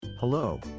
Hello